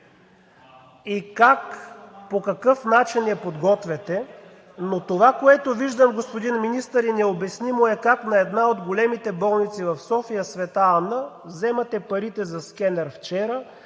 и по какъв начин я подготвяте, но това, което виждам, господин Министър, необяснимо е как на една от големите болници в София – „Света Анна“, вземате парите за скенер вчера,